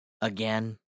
again